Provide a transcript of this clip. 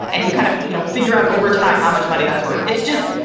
and you kind of, you know, figure out over time how much money that's worth. it's just,